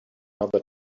another